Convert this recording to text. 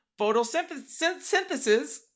photosynthesis